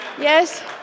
yes